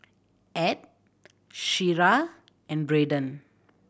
Edd Shira and Braiden